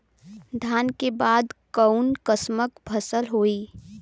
धान के बाद कऊन कसमक फसल होई?